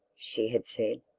she had said.